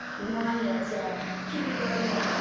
one that's ah kindergarten, and and